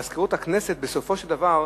מזכירות הכנסת, בסופו של דבר,